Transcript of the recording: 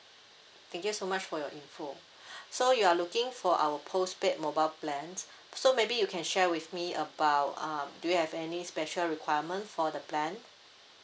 thank you so much for your informatioon so you are looking for our postpaid mobile plans so maybe you can share with me about uh do you have any special requirement for the plan